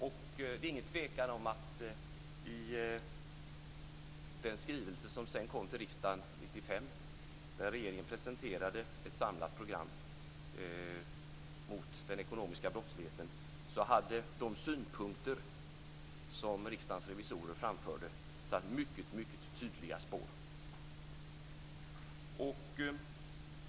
Det råder inget tvivel om att de synpunkter som Riksdagens revisorer framförde hade satt mycket tydliga spår i den skrivelse som kom till riksdagen 1995, när regeringen presenterade ett samlat program mot den ekonomiska brottsligheten.